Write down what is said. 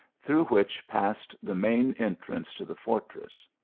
through which passed the main entrance to the fortress.